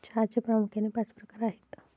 चहाचे प्रामुख्याने पाच प्रकार आहेत